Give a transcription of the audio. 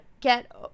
get